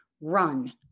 run